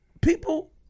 People